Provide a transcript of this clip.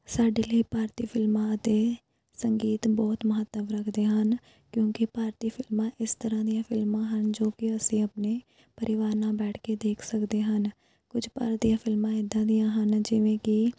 ਸਾਡੇ ਲਈ ਭਾਰਤੀ ਫਿਲਮਾਂ ਅਤੇ ਸੰਗੀਤ ਬਹੁਤ ਮਹੱਤਵ ਰੱਖਦੇ ਹਨ ਕਿਉਂਕਿ ਭਾਰਤੀ ਫਿਲਮਾਂ ਇਸ ਤਰ੍ਹਾਂ ਦੀਆਂ ਫਿਲਮਾਂ ਹਨ ਜੋ ਕਿ ਅਸੀਂ ਆਪਣੇ ਪਰਿਵਾਰ ਨਾਲ ਬੈਠ ਕੇ ਦੇਖ ਸਕਦੇ ਹਨ ਕੁਝ ਭਾਰਤੀ ਫਿਲਮਾਂ ਇੱਦਾਂ ਦੀਆਂ ਹਨ ਜਿਵੇਂ ਕਿ